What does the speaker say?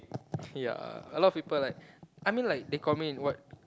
ya a lot people like I mean like they call me what